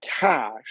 cash